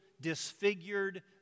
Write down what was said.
disfigured